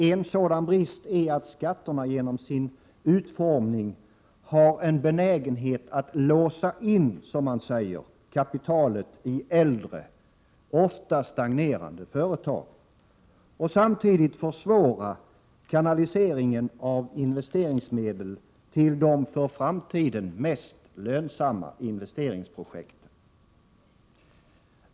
En sådan brist är att skatterna genom sin utformning har en benägenhet att låsa in kapitalet i äldre, ofta stagnerade, företag och samtidigt försvåra kanaliseringen av investeringsmedel till de för framtiden mest lönsamma investeringsprojekten.